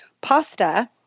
Pasta